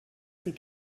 ces